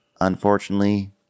Unfortunately